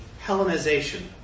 Hellenization